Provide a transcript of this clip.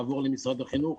לעבור למשרד החינוך,